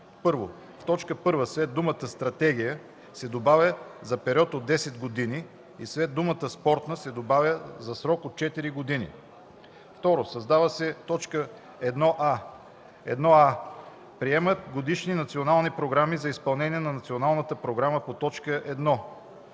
1. В т. 1 след думата „стратегия” се добавя „за период от 10 години” и след думата „спорта” се добавя „за срок от 4 години”. 2. Създава се т. 1а: „1а. приема годишни национални програми за изпълнение на националната програма по т.